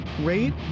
rate